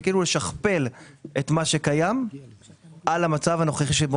זה כאילו לשכפל את מה שקיים על המצב הנוכחי שבו